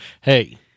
Hey